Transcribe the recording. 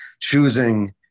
choosing